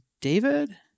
David